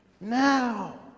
Now